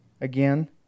again